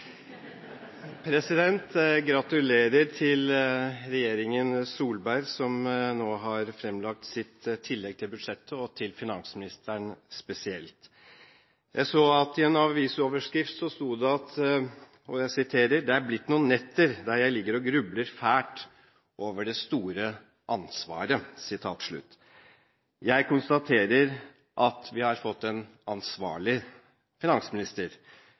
Gratulerer til regjeringen Solberg som nå har fremlagt sitt tillegg til budsjettet, og til finansministeren spesielt. Jeg så at det sto i en avisoverskrift: «Det er blitt noen netter der jeg ligger og grubler fælt over det store ansvaret.» Jeg konstaterer at vi har fått en ansvarlig finansminister